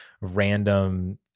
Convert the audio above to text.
random